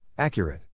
Accurate